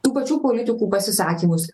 tų pačių politikų pasisakymus